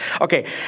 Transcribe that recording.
Okay